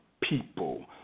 people